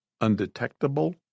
Undetectable